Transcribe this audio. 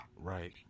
Right